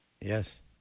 Yes